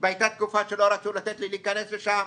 והייתה תקופה שלא רצו לתת לי להיכנס לשם.